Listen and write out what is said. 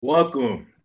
Welcome